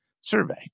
survey